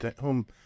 home